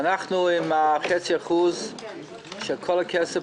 עם חצי האחוז של כל הכסף,